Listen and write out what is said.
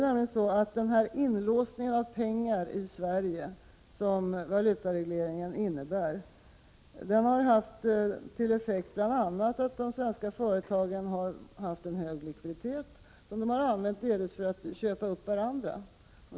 Den inlåsning av pengar i Sverige som valutaregleringen innebär har bl.a. haft till effekt att de svenska företagen har haft en hög likviditet, som de delvis har använt till att köpa upp varandra.